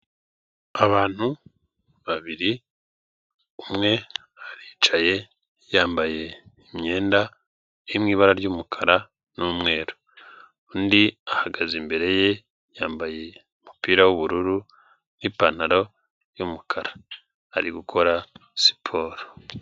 Abantu babiri umwe aricaye yambaye imyenda iri mu ibara ry'umukara n'umweru undi ahagaze imbere ye yambaye umupira w'ubururu n'ipantaro y'umukara ari gukora siporo.